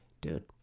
Dude